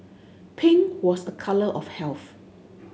pink was a colour of health